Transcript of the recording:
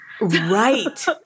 Right